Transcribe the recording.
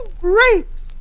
grapes